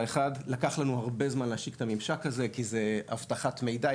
לקח לנו הרבה זמן להשיק את הממשק הזה כי זו אבטחת מידע,